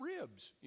ribs